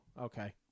okay